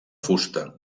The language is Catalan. fusta